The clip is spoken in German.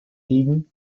liegen